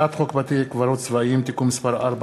הצעות חוק בתי-קברות צבאיים (תיקון מס' 4),